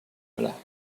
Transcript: müller